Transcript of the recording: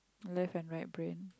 left and right brain